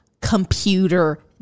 computer